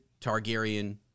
Targaryen